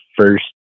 first